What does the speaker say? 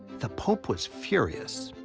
the pope was furious.